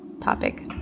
topic